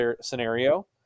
scenario